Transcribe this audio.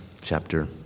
chapter